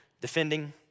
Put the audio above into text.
defending